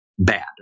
bad